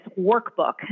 workbook